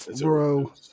bro